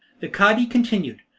the cadi continued,